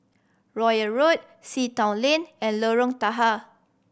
Royal Road Sea Town Lane and Lorong Tahar